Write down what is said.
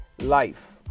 life